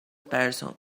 person